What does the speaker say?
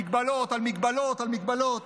מגבלות על מגבלות על מגבלות,